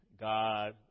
God